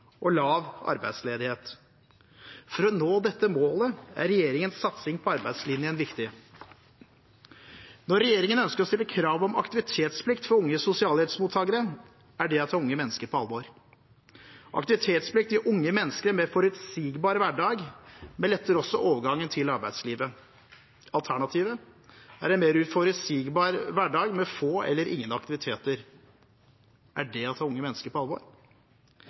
og lav arbeidsledighet. For å nå dette målet er regjeringens satsing på arbeidslinjen viktig. Når regjeringen ønsker å stille krav om aktivitetsplikt for unge sosialhjelpsmottakere, er det å ta unge mennesker på alvor. Aktivitetsplikt gir unge mennesker en mer forutsigbar hverdag, men letter også overgangen til arbeidslivet. Alternativet er en mer uforutsigbar hverdag, med få eller ingen aktiviteter. Er det å ta unge mennesker på alvor?